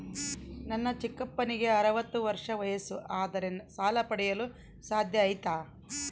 ನನ್ನ ಚಿಕ್ಕಪ್ಪನಿಗೆ ಅರವತ್ತು ವರ್ಷ ವಯಸ್ಸು ಆದರೆ ಸಾಲ ಪಡೆಯಲು ಸಾಧ್ಯ ಐತಾ?